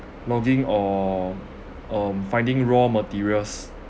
logging or um finding raw materials